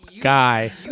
guy